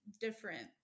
different